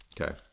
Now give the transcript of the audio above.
okay